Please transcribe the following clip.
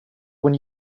when